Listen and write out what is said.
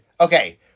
okay